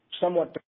somewhat